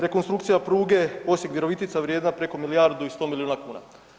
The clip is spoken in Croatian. Rekonstrukcija pruge Osijek – Virovitica vrijedna preko milijardu i 100 milijuna kuna.